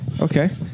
okay